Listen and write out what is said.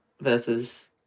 versus